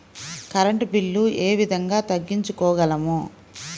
Current bill ఏ విధంగా తగ్గించుకోగలము?